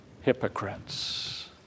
hypocrites